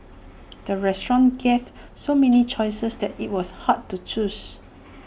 the restaurant gave so many choices that IT was hard to choose